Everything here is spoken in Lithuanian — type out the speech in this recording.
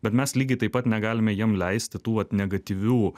bet mes lygiai taip pat negalime jiem leisti tų vat negatyvių